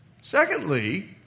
Secondly